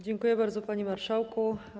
Dziękuję bardzo, panie marszałku.